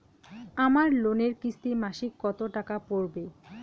আমার লোনের কিস্তি মাসিক কত টাকা পড়বে?